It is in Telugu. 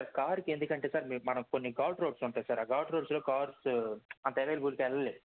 సార్ కార్ కి ఎందుకంటే సార్ అది మనం కొన్ని ఘాట్ రోడ్స్ ఉంటాయి సార్ ఆ ఘాట్ రోడ్ లో కార్స్ అంత ఎవైలబుల్ గా వెళ్ళలేవు